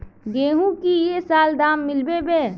गेंहू की ये साल दाम मिलबे बे?